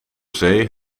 zee